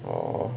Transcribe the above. or